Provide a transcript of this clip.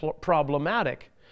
problematic